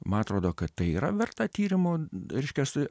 man atrodo kad tai yra verta tyrimų reiškias